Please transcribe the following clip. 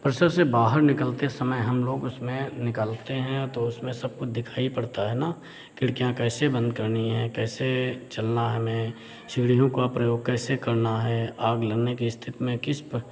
प्रसर से बाहर निकलते समय हम लोग उसमें निकलते हैं तो उसमें सब कुछ दिखाई पड़ता है ना खिड़कियाँ कैसे बंद करनी हैं कैसे चलना है हमें सीढ़ियों का प्रयोग कैसे करना है आग लगने की स्थिति में किस